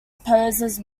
opposes